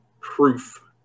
proof